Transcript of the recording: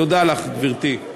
תודה לך, גברתי.